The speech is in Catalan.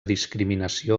discriminació